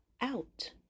out